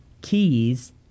Keys